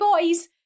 boys